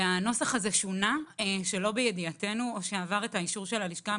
הנוסח הזה שונה שלא בידיעתנו או שעבר את האישור של הלשכה המשפטית,